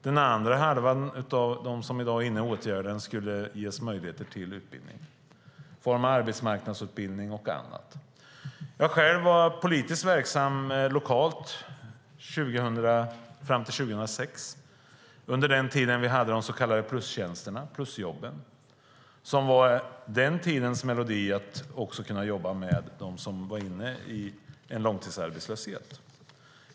Den andra hälften av dem som i dag är inne i åtgärden skulle ges möjligheter till utbildning i form av arbetsmarknadsutbildning och annat. Jag själv var politisk verksam lokalt fram till 2006, under den tid då vi hade de så kallade plusjobben. Det var den tidens melodi för att också kunna jobba med dem som var inne i en långtidsarbetslöshet.